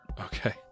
okay